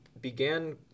began